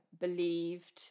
believed